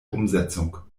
umsetzung